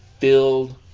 filled